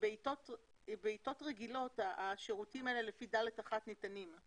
בעתות רגילות השירותים האלה לפי (ד1) ניתנים.